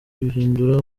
bihindura